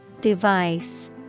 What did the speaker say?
Device